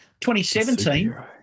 2017